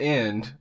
end